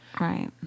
Right